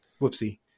Whoopsie